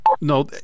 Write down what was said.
no